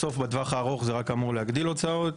בסוף בטווח הארוך זה רק אמור להגדיל הוצאות,